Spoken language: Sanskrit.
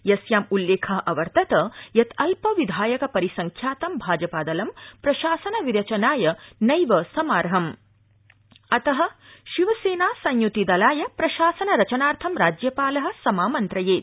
यस्यां उल्लेख आसीत् यत् अल्प विधायक परिसंख्यातं भाजपादलं प्रशासनविरचनाय नैव समाईम् अत शिवसेना संयृति दलाय प्रशासनरचनार्थं राज्यपाल सभामन्त्रयेत्